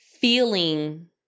feeling